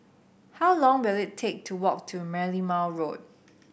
how long will it take to walk to Merlimau Road